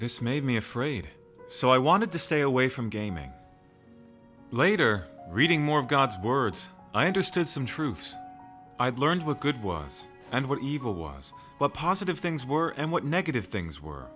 this made me afraid so i wanted to stay away from gaming later reading more gods words i understood some truths i had learned were good was and were evil was well positive things were and what negative things were